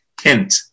hint